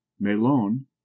melon